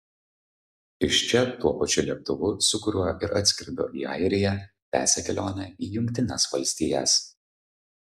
iš čia tuo pačiu lėktuvu su kuriuo ir atskrido į airiją tęsia kelionę į jungtines valstijas